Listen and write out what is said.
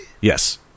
Yes